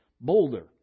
boulder